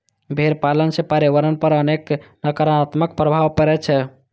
भेड़ पालन सं पर्यावरण पर अनेक नकारात्मक प्रभाव पड़ै छै